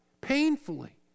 Painfully